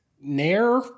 Nair